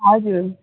हजुर